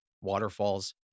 waterfalls